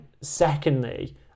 secondly